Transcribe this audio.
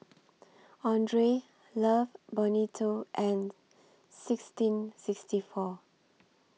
Andre Love Bonito and sixteen sixty four